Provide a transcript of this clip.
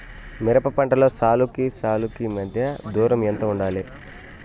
మిరప పంటలో సాలుకి సాలుకీ మధ్య దూరం ఎంత వుండాలి?